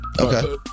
Okay